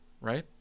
right